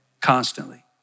constantly